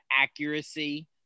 accuracy